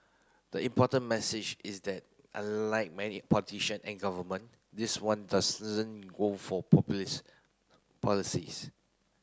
the important message is that unlike many politician and government this one doesn't go for populist policies